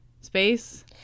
Space